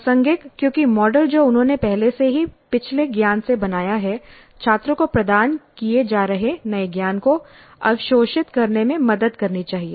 प्रासंगिक क्योंकि मॉडल जो उन्होंने पहले से ही पिछले ज्ञान से बनाया है छात्रों को प्रदान किए जा रहे नए ज्ञान को अवशोषित करने में मदद करनी चाहिए